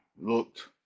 looked